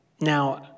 Now